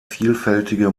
vielfältige